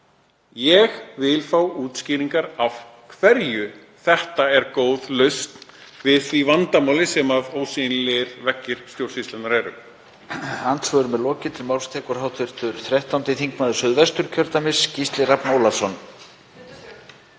Ég vil fá útskýringar á því af hverju þetta er góð lausn á því vandamáli sem ósýnilegir veggir stjórnsýslunnar eru.